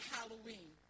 Halloween